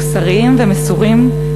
מוסריים ומסורים,